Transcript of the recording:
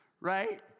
right